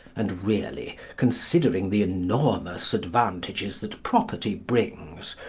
and really, considering the enormous advantages that property brings,